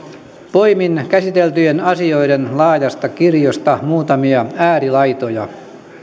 poimin käsiteltyjen asioiden laajasta kirjosta muutamia äärilaitoja